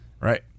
right